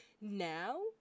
now